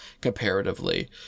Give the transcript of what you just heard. comparatively